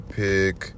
pick